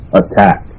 attack